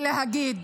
ולהגיד: